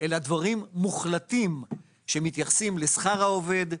אלא דברים מוחלטים שמתייחסים לשכר העובד,